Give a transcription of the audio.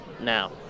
now